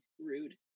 rude